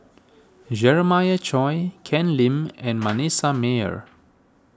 Jeremiah Choy Ken Lim and Manasseh Meyer